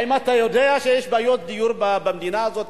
האם אתה יודע שיש בעיות דיור במדינה הזאת,